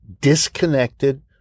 disconnected